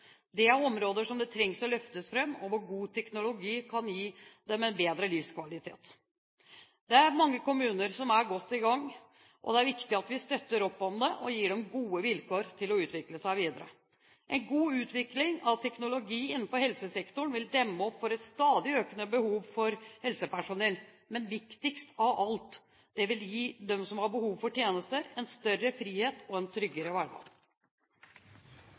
er grupper som trengs å løftes fram, og god teknologi kan gi dem en bedre livskvalitet. Det er mange kommuner som er godt i gang, og det er viktig at vi støtter opp om det og gir dem gode vilkår til å utvikle seg videre. En god utvikling av teknologi innenfor helsesektoren vil demme opp for et stadig økende behov for helsepersonell. Men viktigst av alt: Det vil gi dem som har behov for tjenester, en større frihet og en tryggere